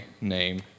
name